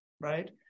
right